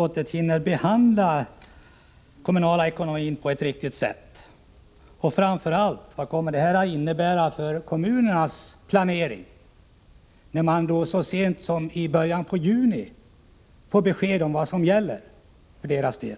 taget hinner behandla den kommunala ekonomin på ett riktigt sätt. Och framför allt: Vad kommer det att innebära för kommunernas planering att de så sent som i början av juni får besked om vad som skall gälla för deras del?